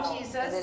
Jesus